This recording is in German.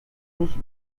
sich